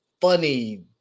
funny